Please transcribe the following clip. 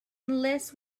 unless